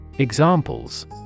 Examples